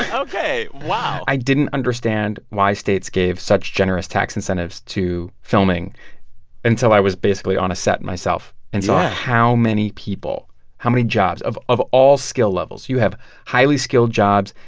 and ok. wow i didn't understand why states gave such generous tax incentives to filming until i was basically on a set myself. yeah. and saw how many people how many jobs of of all skill levels you have highly skilled jobs,